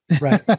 Right